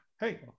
Hey